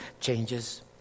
changes